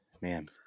man